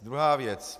Druhá věc.